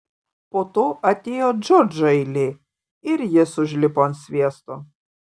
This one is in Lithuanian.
po to atėjo džordžo eilė ir jis užlipo ant sviesto